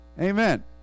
amen